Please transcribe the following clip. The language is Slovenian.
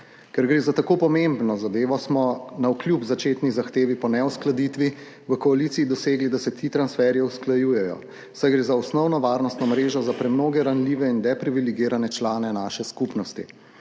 Ker gre za tako pomembno zadevo, smo navkljub začetni zahtevi po neuskladitvi v koaliciji dosegli, da se ti transferji usklajujejo, saj gre za osnovno varnostno mrežo za premnoge ranljive in depriviligirane člane naše skupnosti.